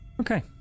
Okay